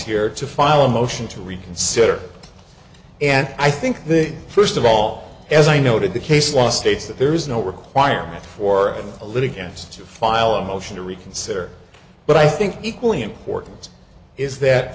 here to file a motion to reconsider and i think the first of all as i noted the case law states that there is no requirement for a little gas to file a motion to reconsider but i think equally important is that